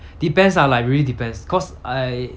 depends ah like really depends cause I